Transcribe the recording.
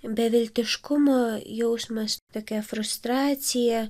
beviltiškumo jausmas tokia frustracija